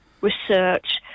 research